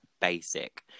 Basic